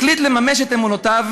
והחליט לממש את אמונותיו.